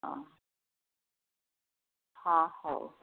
ହଁ ହଁ ହଉ